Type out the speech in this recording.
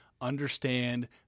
understand